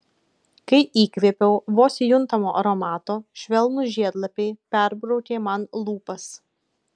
kai įkvėpiau vos juntamo aromato švelnūs žiedlapiai perbraukė man lūpas